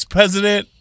President